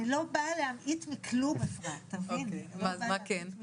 אני לא באה להמעיט מכלום, תביני אפרת.